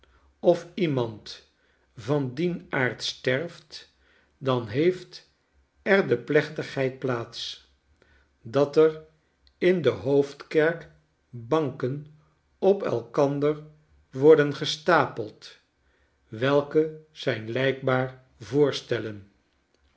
of iemand van dien aard sterft dan heeft er deplechtigheidplaats dat er in de hoofdkerk banken op elkander worden gestapeld welke zijn lijkbaar voorstellen